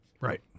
Right